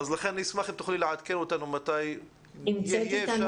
אשמח אם תוכלי לעדכן אותנו מתי התקנות יגיעו לכאן.